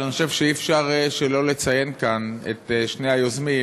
אבל אני חושב שאי-אפשר שלא לציין כאן את שני היוזמים,